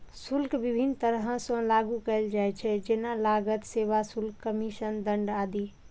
शुल्क विभिन्न तरह सं लागू कैल जाइ छै, जेना लागत, सेवा शुल्क, कमीशन, दंड आदि